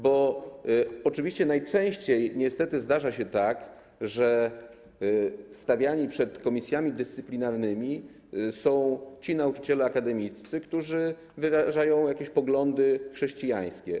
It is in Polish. Bo oczywiście najczęściej niestety zdarza się tak, że stawiani przed komisjami dyscyplinarnymi są ci nauczyciele akademiccy, którzy wyrażają jakieś poglądy chrześcijańskie.